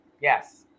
yes